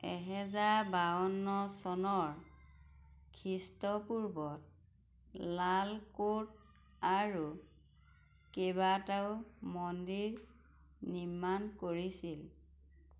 এহেজাৰ বাৱন্ন চনৰ খ্ৰীষ্টপূৰ্বত লালকোট আৰু কেইবাটাও মন্দিৰ নিৰ্মাণ কৰিছিল